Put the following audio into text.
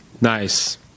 Nice